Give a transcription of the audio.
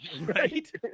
right